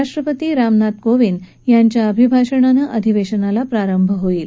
राष्ट्रपती रामनाथ कोविंद यांच्या अभिभाषणानं अधिवेशनाला प्रारंभ होईल